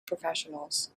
professionals